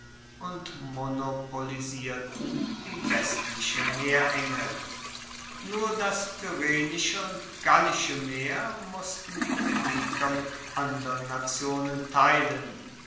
und monopolisierten die westliche meerenge nur das tyrrhenische und gallische meer mussten die phoeniker mit andern nationen teilen